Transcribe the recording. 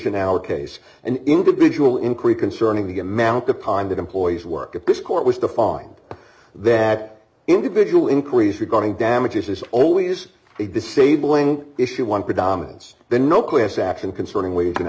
in our case an individual increase concerning the amount of time that employees work at this court was to find that individual inquiries regarding damages is always a disabling issue one predominance then no class action concerning w